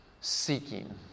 seeking